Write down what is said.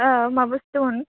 मा बुस्थुमोन